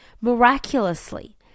miraculously